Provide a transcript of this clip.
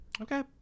okay